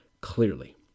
clearly